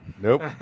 Nope